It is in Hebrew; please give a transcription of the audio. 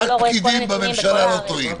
רק פקידים בממשלה לא טועים.